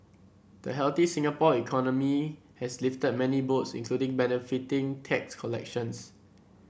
the healthy Singapore economy has lifted many boats including benefiting tax collections